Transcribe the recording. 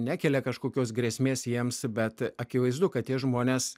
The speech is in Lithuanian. nekelia kažkokios grėsmės jiems bet akivaizdu kad tie žmonės